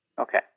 Okay